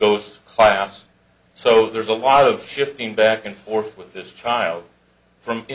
goes to class so there's a lot of shifting back and forth with this child from in